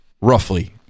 roughly